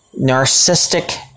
narcissistic